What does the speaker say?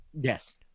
Yes